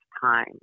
time